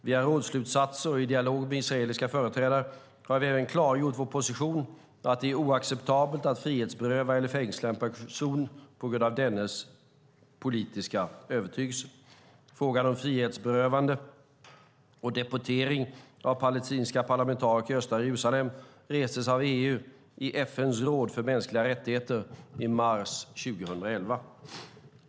Via rådsslutsatser och i dialog med israeliska företrädare har vi även klargjort vår position att det är oacceptabelt att frihetsberöva eller fängsla en person på grund av dennes politiska övertygelse. Frågan om frihetsberövande och deportering av palestinska parlamentariker i östra Jerusalem restes av EU i FN:s råd för mänskliga rättigheter i mars 2011.